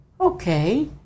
okay